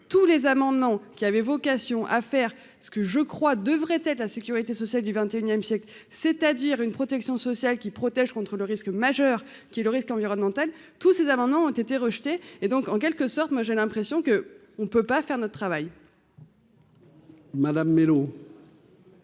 tous les amendements qui avait vocation à faire ce que je crois, devrait être la sécurité sociale du XXIe siècle, c'est-à-dire une protection sociale qui protège contre le risque majeur qui le risque environnemental tous ces amendements ont été rejetés, et donc en quelque sorte, moi j'ai l'impression que on ne peut pas faire notre travail. Madame Mellow.